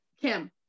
Kim